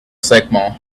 sycamore